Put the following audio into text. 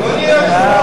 ופיצויים,